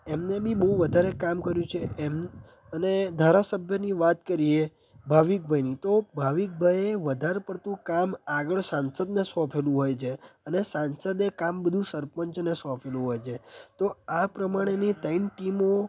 એમને બી બહુ વધારે કામ કર્યું છે એમણે બી અને ધારાસભ્યની વાત કરીએ તો ભાવિકભાઈની તો ભાવિકભાઈએ વધારે પડતું કામ આગળ સંસદને સોંપેલું હોય છે અને સાંસદે કામ બધું સરપંચને સોંપેલું હોય છે તો આ પ્રમાણેની ત્રણ ટીમો